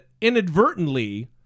inadvertently